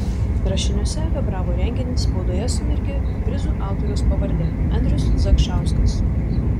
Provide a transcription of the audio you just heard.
rašiniuose apie bravo renginį spaudoje sumirgėjo ir prizų autoriaus pavardė andrius zakšauskas